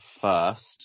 first